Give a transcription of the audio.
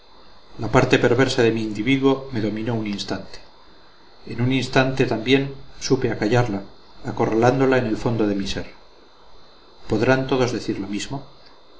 la parte perversa de mi individuo me dominó un instante en un instante también supe acallarla acorralándola en el fondo de mi ser podrán todos decir lo mismo